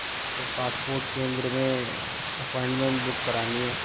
تو پاسپورٹ کیندر میں اپوائنٹمنٹ بک کرانی ہے